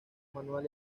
manual